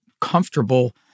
comfortable